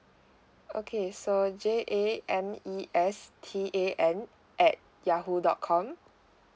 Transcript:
okay so J A N E S T A N at yahoo dot com